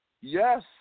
Yes